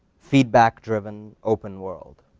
feedback driven, open world?